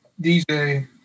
DJ